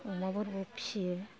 अमाफोरबो फिसियो